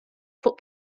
fuq